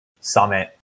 summit